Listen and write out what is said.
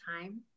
time